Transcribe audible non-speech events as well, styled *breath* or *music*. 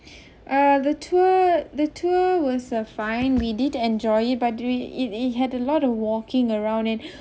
*breath* ah the tour the tour was uh fine we did enjoy it but we it it had a lot of walking around and *breath*